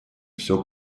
всё